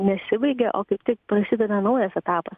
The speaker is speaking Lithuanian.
nesibaigia o kaip tik prasideda naujas etapas